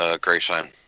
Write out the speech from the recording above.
Grayson